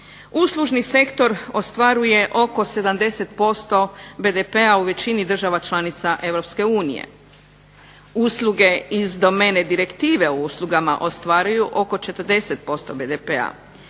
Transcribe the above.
Uslužni sektor ostvaruje oko 70% BDP-a u većini država članica EU. Usluge iz domene direktive o uslugama ostvaruju oko 40% BDP-a.